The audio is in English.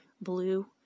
Blue